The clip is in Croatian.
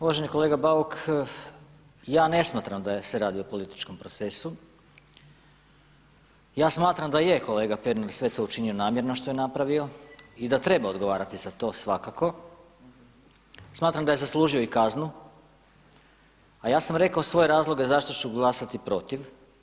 Uvaženi kolega Bauk, ja ne smatram da se radi o političkom procesu, ja smatram da je kolega Pernar sve to učinio namjerno što je napravio i da treba odgovarati za to svakako, smatram da je zaslužio i kaznu a ja sam rekao svoje razloge zašto ću glasati protiv.